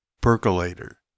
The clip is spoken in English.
Percolator